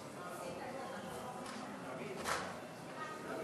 חברי חברי